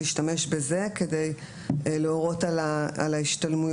להשתמש בזה כדי להורות על ההשתלמויות,